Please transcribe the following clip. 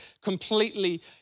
completely